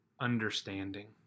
understanding